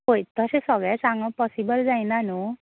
पळय तशें सगळें सांगप पोसिबल जायना नूं